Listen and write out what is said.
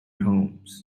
homes